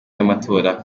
y’amatora